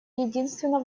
единственно